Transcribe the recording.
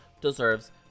deserves